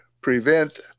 prevent